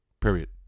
Period